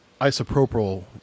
isopropyl